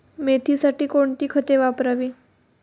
मेथीसाठी कोणती खते वापरावी?